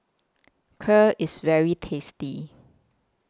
Kheer IS very tasty